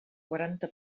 quaranta